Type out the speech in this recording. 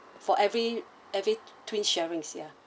for every every twins sharing ya